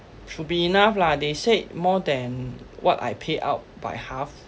should be enough lah they said more than what I pay out by half